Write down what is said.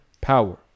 power